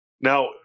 Now